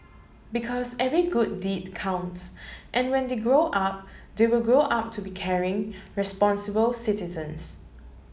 because every good deed counts and when they grow up they will grow up to be caring responsible citizens